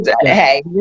Hey